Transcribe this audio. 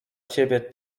ciebie